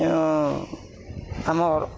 ଆମର୍